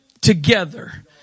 together